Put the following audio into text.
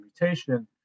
mutation